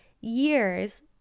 years